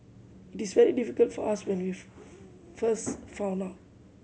it is very difficult for us when first found out